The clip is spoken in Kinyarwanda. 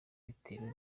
bitewe